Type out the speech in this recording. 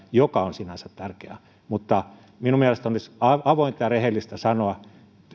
joka on sinänsä tärkeää minun mielestäni olisi avointa ja rehellistä sanoa